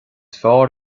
fearr